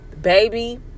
Baby